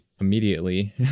immediately